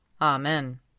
Amen